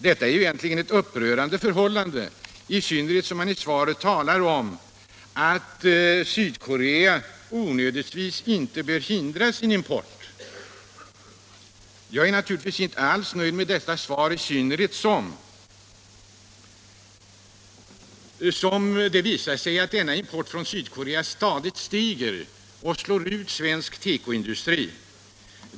Detta är egentligen ett upprörande förhållande, i synnerhet som man i svaret talar om att Sydkorea inte onödigtvis bör hindra sin import från Sverige. Jag är naturligtvis inte alls nöjd med det svar som jag har fått, i synnerhet som det visar sig att denna import från Sydkorea stadigt stiger och slår ut svensk tekoindustri.